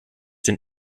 den